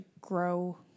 grow